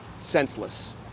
senseless